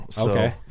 Okay